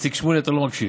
איציק שמולי, אתה לא מקשיב.